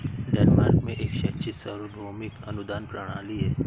Denmark में एक शैक्षिक सार्वभौमिक अनुदान प्रणाली है